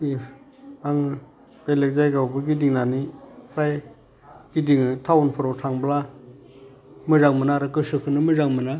if आङो बेलेग जायगायावबो गिदिंनानै फ्राय गिदिङो टाउनफ्राव थांबा मोजां मोना आरो गोसोखोनो मोजां मोना